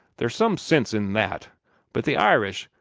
there's some sense in that but the irish,